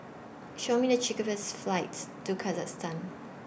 Show Me The cheapest flights to Kyrgyzstan